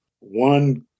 one